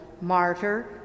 Martyr